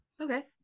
okay